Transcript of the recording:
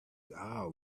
our